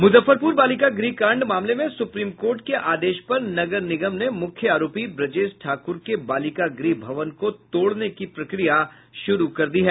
मुजफ्फरपुर बालिका गृह कांड मामले में सुप्रीम कोर्ट के आदेश पर नगर निगम ने मुख्य आरोपी ब्रजेश ठाकुर के बालिका गृह भवन को तोड़ने की प्रक्रिया शुरू कर दी है